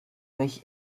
mich